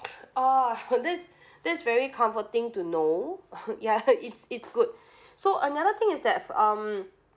oh that's that's very comforting to know ya it's it's good so another thing is that um